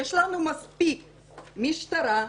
יש לנו מספיק משטרה.